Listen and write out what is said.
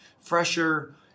fresher